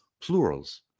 plurals